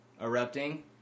erupting